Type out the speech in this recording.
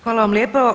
Hvala vam lijepo.